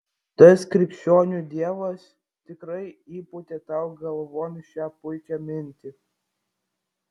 tas krikščionių dievas tikrai įpūtė tau galvon šią puikią mintį